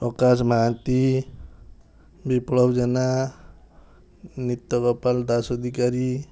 ପ୍ରକାଶ ମହାନ୍ତି ବିପ୍ଲବ ଜେନା ନିତଗୋପାଳ ଦାସ ଅଧିକାରୀ